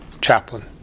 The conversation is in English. chaplain